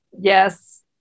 yes